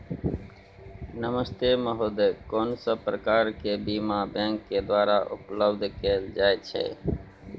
नमस्ते महोदय, कोन सब प्रकार के बीमा बैंक के द्वारा उपलब्ध कैल जाए छै?